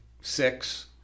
six